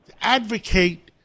advocate